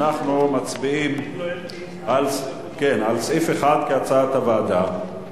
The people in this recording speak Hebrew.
אנחנו מצביעים על סעיף 1, כהצעת הוועדה.